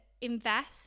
invest